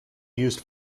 used